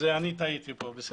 אני טעיתי כאן.